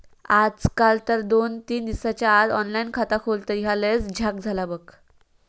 आजकाल तर दोन तीन दिसाच्या आत ऑनलाइन खाता खोलतत, ह्या लयच झ्याक झाला बघ